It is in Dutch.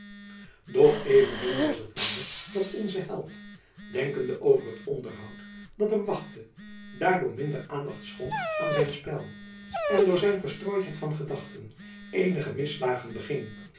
doch evenmin was het wonder dat onze held denkende over het onderhoud dat hem wachtte daardoor minder aandacht schonk aan zijn spel en door zijn verstrooidheid van gedachten eenige misslagen beging